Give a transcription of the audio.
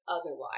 otherwise